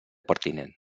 pertinent